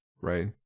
right